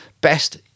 best